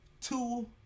two